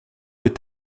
est